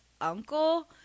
uncle